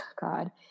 God